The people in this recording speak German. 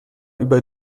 über